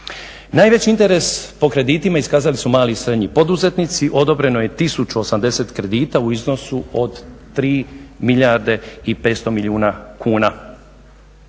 Najveći interes po kreditima iskazali su mali i srednji poduzetnici, odobreno je 1080 kredita u iznosu od 3 milijarde i 500 milijuna kuna.